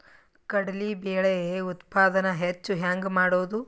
ಕಡಲಿ ಬೇಳೆ ಉತ್ಪಾದನ ಹೆಚ್ಚು ಹೆಂಗ ಮಾಡೊದು?